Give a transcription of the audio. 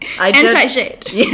Anti-shade